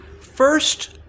First